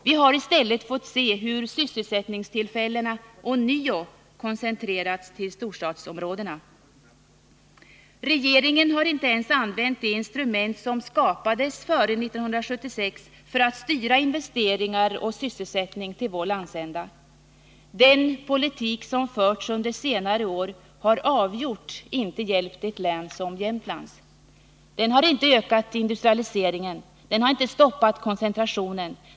Vi har i stället fått se hur sysselsättningstillfällena ånyo koncentrerats till storstadsområdena. Regeringen har inte ens använt de instrument som skapades före 1976 för att styra investeringar och sysselsättning till vår landsända. Den politik som förts under senare år har avgjort inte hjälpt ett län som Jämtlands. Den har inte ökat industrialiseringen. Den har inte stoppat koncentrationen.